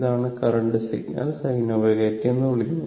ഇതാണ് current signal sinωt എന്ന് വിളിക്കുന്നത്